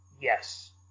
yes